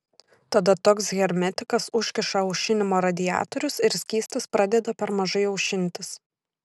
tada toks hermetikas užkiša aušinimo radiatorius ir skystis pradeda per mažai aušintis